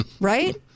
Right